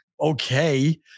okay